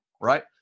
right